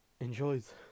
enjoys